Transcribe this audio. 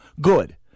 good